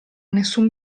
nessun